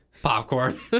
popcorn